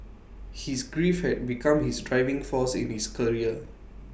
his grief had become his driving force in his career